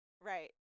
Right